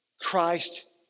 Christ